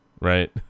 right